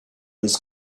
was